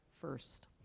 first